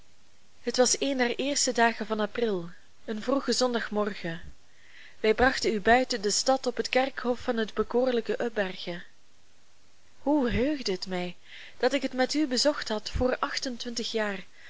het was een der eerste dagen van april een vroege zondagmorgen wij brachten u buiten de stad op het kerkhof van het bekoorlijk ubbergen hoe heugde het mij dat ik het met u bezocht had voor achtentwintig jaar